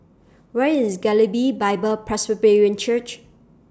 Where IS Galilee Bible Presbyrian Church